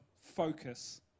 focus